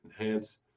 Enhance